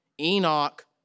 Enoch